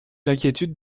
l’inquiétude